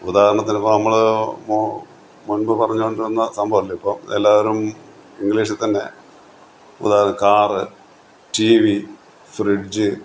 ഉദാഹരണത്തിന് ഇപ്പോൾ നമ്മൾ മുൻപ് പറഞ്ഞുകൊണ്ടിരുന്നത് സംഭവം അല്ല ഇപ്പോൾ എല്ലാവരും ഇംഗ്ലീഷിൽ തന്നെ ഉദാഹരണം കാർ ടി വി ഫ്രിഡ്ജ്